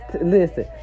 listen